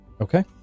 Okay